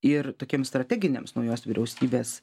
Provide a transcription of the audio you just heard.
ir tokiems strateginiams naujos vyriausybės